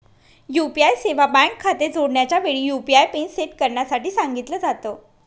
UPI सेवा bank खाते जोडण्याच्या वेळी, यु.पी.आय पिन सेट करण्यासाठी सांगितल जात